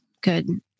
good